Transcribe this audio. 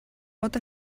pot